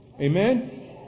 Amen